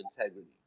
integrity